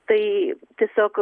tai tiesiog